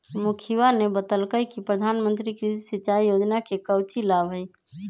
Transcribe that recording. मुखिवा ने बतल कई कि प्रधानमंत्री कृषि सिंचाई योजना के काउची लाभ हई?